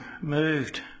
moved